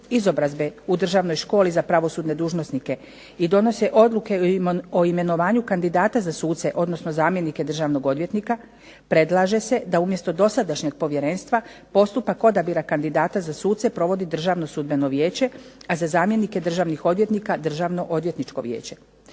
izobrazbe u državnoj školi za pravosudne dužnosnike i donosi odluke o imenovanju kandidata za suce, odnosno zamjenike državnog odvjetnika predlaže se da umjesto dosadašnjeg Povjerenstva postupak odabira kandidata za suce provodi Državno sudbeno vijeća, a za zamjenike državnih odvjetnika Državno odvjetničko vijeće.